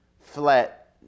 flat